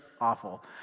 awful